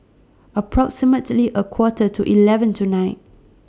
approximately A Quarter to eleven tonight